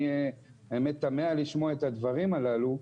אני תמהה לשמוע את הדברים הללו,